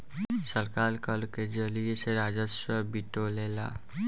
सरकार कर के जरिया से राजस्व बिटोरेला